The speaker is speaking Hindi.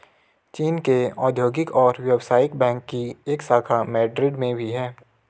चीन के औद्योगिक और व्यवसायिक बैंक की एक शाखा मैड्रिड में भी है